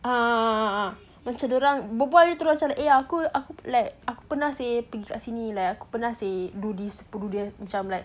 ah ah ah macam dorang bebual terus macam eh aku aku like aku pernah seh pergi kat sini pernah seh do this do that macam like